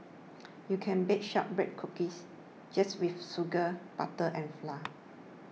you can bake Shortbread Cookies just with sugar butter and flour